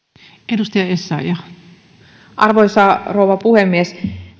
arvoisa rouva puhemies